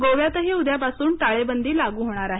गोव्यातही उद्यापासून टाळेबंदी लागू होणार आहे